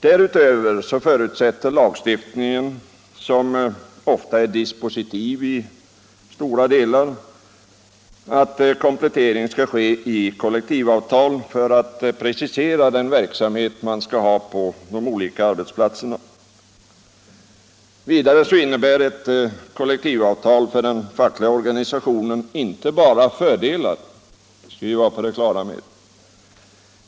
Därutöver förutsätter lagstiftningen, som ofta är dispositiv till stora delar, att komplettering skall ske i kollektivavtal för att precisera den verksamhet man skall bedriva på de olika arbetsplatserna. Ett kollektivavtal innebär emellertid inte bara fördelar för den fackliga organisationen; det bör vi vara på det klara med.